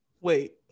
wait